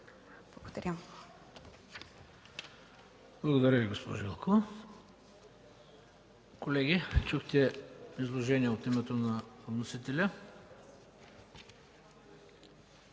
Благодаря Ви, госпожо Елкова. Колеги, чухте изложение от името на вносителя.